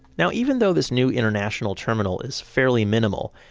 now even though this new international terminal is fairly minimal,